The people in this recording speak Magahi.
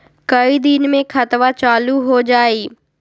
कई दिन मे खतबा चालु हो जाई?